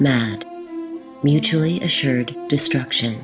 mad mutually assured destruction